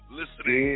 listening